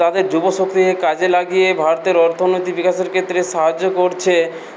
তাদের যুবশক্তিকে কাজে লাগিয়ে ভারতের অর্থনৈতিক বিকাশের ক্ষেত্রে সাহায্য করছে